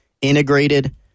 integrated